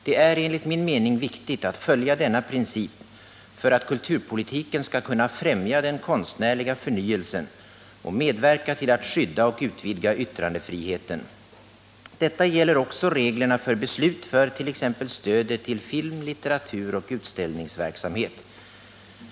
Det är enligt min mening viktigt att följa denna princip för att kulturpolitiken skall kunna främja den konstnärliga förnyelsen och medverka till att skydda och utvidga yttrandefriheten. Detta gäller också reglerna för beslut om tt.ex. stödet till film, litteratur och utställningsverksamhet.